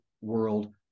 world